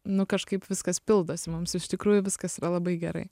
nu kažkaip viskas pildosi mums iš tikrųjų viskas yra labai gerai